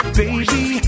baby